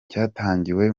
cyatangiwe